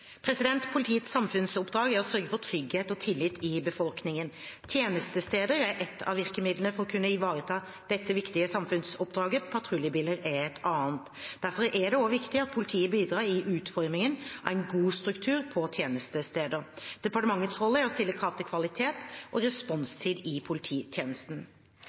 Politiets samfunnsoppdrag er å sørge for trygghet og tillit i befolkningen. Tjenestesteder er ett av virkemidlene for å kunne ivareta dette viktige samfunnsoppdraget, patruljebiler er et annet. Derfor er det også viktig at politiet bidrar i utformingen av en god struktur på tjenestesteder. Departementets rolle er å stille krav til kvaliteten og responstiden i polititjenesten.